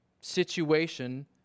situation